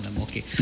okay